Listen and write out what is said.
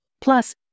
plus